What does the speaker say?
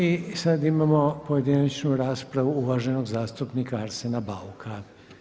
I sad imamo pojedinačnu raspravu uvaženog zastupnika Arsena Bauka.